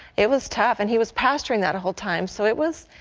it was tough. and he was pastoring that whole time. so it was